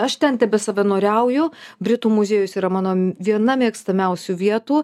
aš ten tebesavanoriauju britų muziejus yra mano viena mėgstamiausių vietų